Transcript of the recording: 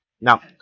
Now